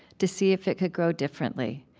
to see if it could grow differently,